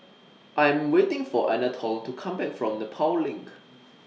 I Am waiting For Anatole to Come Back from Nepal LINK